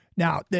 Now